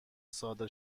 صادر